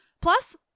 Plus